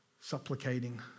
supplicating